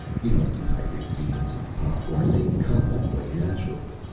you don't dehydrate beans and pop-corn they come that way naturally.